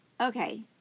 Okay